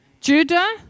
Judah